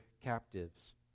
captives